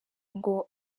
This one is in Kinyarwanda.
ngo